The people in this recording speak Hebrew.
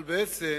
אבל בעצם